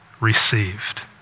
received